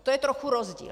To je trochu rozdíl.